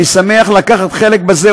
אני שמח לקחת חלק בזה,